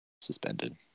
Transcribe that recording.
suspended